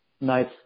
nice